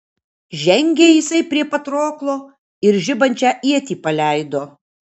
žengė jisai prie patroklo ir žibančią ietį paleido